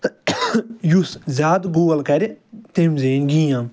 تہٕ یُس زیادٕ گول کَرِ تٔمۍ زیٖنۍ گیم